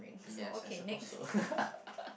yes I suppose so